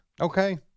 Okay